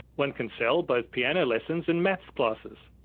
one can sell both piano lessons and maths classes,